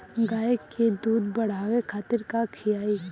गाय के दूध बढ़ावे खातिर का खियायिं?